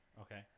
Okay